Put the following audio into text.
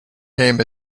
name